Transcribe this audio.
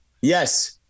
yes